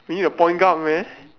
we need the point guard man